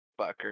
Fucker